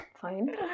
fine